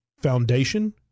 foundation